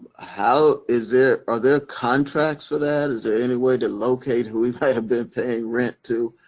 how, is there, are there contracts for that? is there any way to locate who he might have been paying rent to?